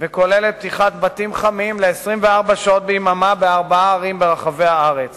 וכוללת פתיחת בתים חמים ל-24 שעות ביממה בארבע ערים ברחבי הארץ